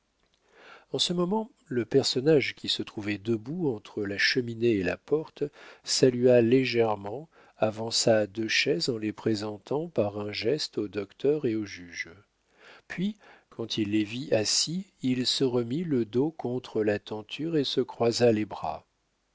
en ce moment le personnage qui se trouvait debout entre la cheminée et la porte salua légèrement avança deux chaises en les présentant par un geste au docteur et au juge puis quand il les vit assis il se remit le dos contre la tenture et se croisa les bras